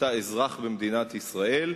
ואתה אזרח במדינת ישראל.